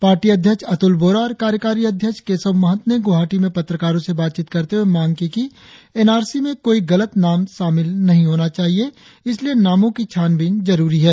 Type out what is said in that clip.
party अध्यक्ष अतुल बोरा और कार्यकारी अध्यक्ष केशब महंत ने गुवाहाटी में पत्रकारों से बातचीत करते हुए मांग की कि एन आर सी में कोई गलत नाम नहीं शामिल हो इसलिए नामों की छानबीन जरुरी हैं